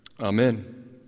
Amen